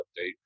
update